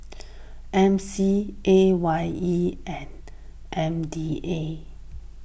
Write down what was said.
M C A Y E and M D A